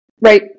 right